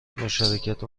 مشارکت